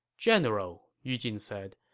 general, yu jin said,